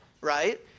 right